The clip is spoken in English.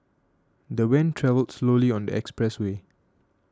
the van travelled slowly on the expressway